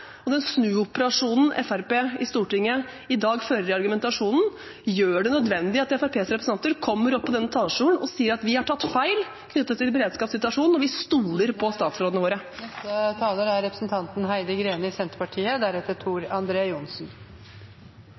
og den snuoperasjonen de i Stortinget i dag fører i argumentasjonen, gjør det nødvendig at Fremskrittspartiets representanter kommer opp på denne talerstolen og sier at de har tatt feil knyttet til beredskapssituasjonen, og at de stoler på statsrådene